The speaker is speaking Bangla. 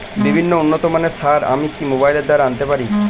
বিভিন্ন উন্নতমানের সার আমি কি মোবাইল দ্বারা আনাতে পারি?